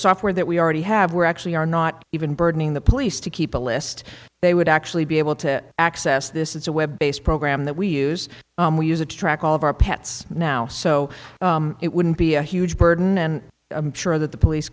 software that we already have we're actually are not even burdening the police to keep a list they would actually be able to access this it's a web based program that we use and we use it to track all of our pets now so it wouldn't be a huge burden and i'm sure that the police